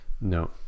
No